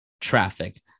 Traffic